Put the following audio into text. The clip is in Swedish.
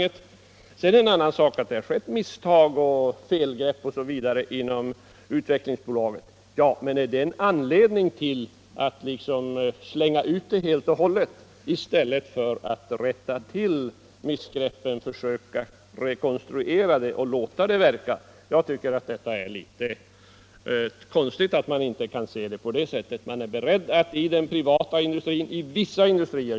Sedan är det en annan sak att det skett misstag, felgrepp osv. inom Utvecklingsbolaget. Men detta är knappast tillräcklig anledning för att slänga verksamheten helt och hållet i stället för att rätta till missgreppen, försöka rekonstruera bolaget och låta det fortsätta att verka. Jag tycker att det är litet underligt att man inte är beredd att se saken på det sättet.